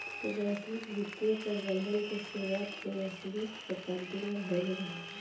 वैश्विक वित्तीय प्रबंधन के शुरुआत उन्नीसवीं शताब्दी में भईल रहे